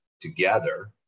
Together